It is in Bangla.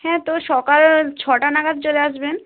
হ্যাঁ তো সকাল ছটা নাগাদ চলে আসবেন